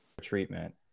treatment